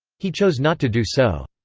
he chose not to do so.